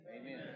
Amen